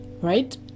right